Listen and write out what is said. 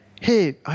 hey